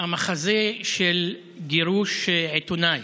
המחזה של גירוש עיתונאי,